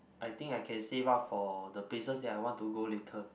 I think I can save up for the places that I want to go later